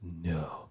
No